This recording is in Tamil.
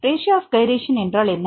ரேசியோ ஆப் கைரேஷன் என்றால் என்ன